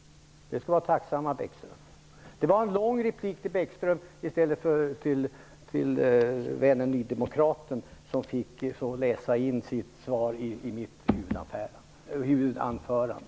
Vi skall vara tacksamma för det, Bäckström. Det blev en lång replik till Bäckström i stället för till nydemokraten och vännen Peter Kling, som jag svarade i mitt huvudanförande.